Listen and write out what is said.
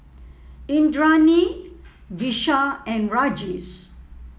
Indranee Vishal and Rajesh